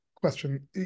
question